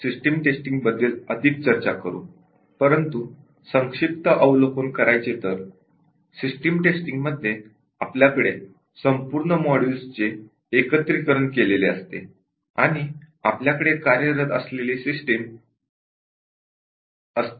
system टेस्टिंगबद्दल संक्षिप्त अवलोकन करायचे तर सिस्टिम टेस्टिंगमध्ये आपल्याकडे संपूर्ण मॉड्यूल्सचे एकत्रीकरण केलेले असते आणि आपल्याकडे कार्यरत असलेली सिस्टम असते